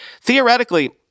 Theoretically